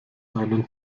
einen